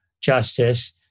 justice